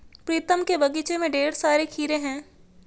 प्रीतम के बगीचे में ढेर सारे खीरे हैं